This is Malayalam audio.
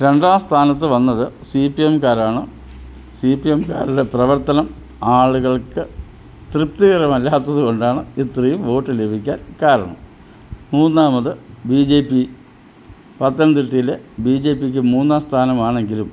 രണ്ടാം സ്ഥാനത്തു വന്നത് സി പി എംകാരാണ് സി പി എംകാരുടെ പ്രവർത്തനം ആളുകൾക്ക് തൃപ്തികരമല്ലാത്തത് കൊണ്ടാണ് ഇത്രയും വോട്ട് ലഭിക്കാൻ കാരണം മൂന്നാമത് ബി ജെ പി പത്തനംതിട്ടയിലെ ബി ജെ പിക്ക് മൂന്നാം സ്ഥാനമാണെങ്കിലും